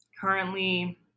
Currently